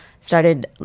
started